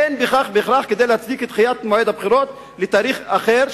אין בכך בהכרח כדי להצדיק את דחיית מועד הבחירות לתאריך אחר,